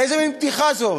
איזה מין בדיחה זאת?